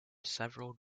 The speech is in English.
several